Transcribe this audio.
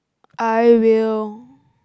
I will